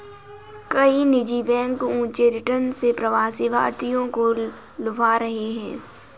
कई निजी बैंक ऊंचे रिटर्न से प्रवासी भारतीयों को लुभा रहे हैं